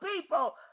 people